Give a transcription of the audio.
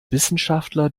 wissenschaftler